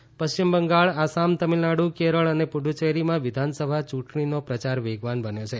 ચૂંટણી પ્રચાર પશ્ચિમ બંગાળ આસામ તમિલનાડુ કેરળ અને પુફુચેરીમાં વિધાનસભા ચૂંટણીનો પ્રચાર વેગવાન બન્યો છે